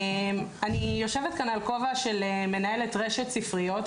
אני יושבת כאן על כובע של מנהלת רשת ספריות,